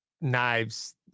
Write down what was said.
knives